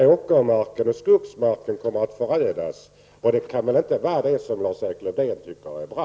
Åkermarken och skogsmarken kommer att förödas. Det kan väl inte vara det som Lars-Erik Lövdén tycker är bra.